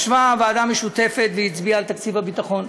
ישבה הוועדה המשותפת והצביעה על תקציב הביטחון,